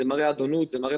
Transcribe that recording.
זה מראה על פטרונות,